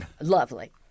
lovely